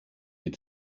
die